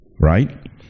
Right